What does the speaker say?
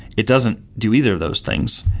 it doesn't do either of those things.